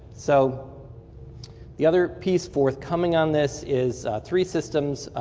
so the other piece forthcoming on this is three systems,